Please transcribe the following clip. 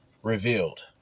revealed